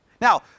Now